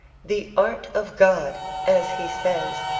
the art of god, as he says,